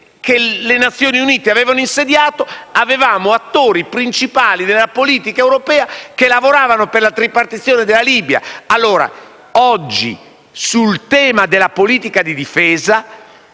che le Nazioni Unite avevano insediato, c'erano altri attori principali della politica europea che lavoravano per la tripartizione della Libia. Oggi, sul tema della politica di difesa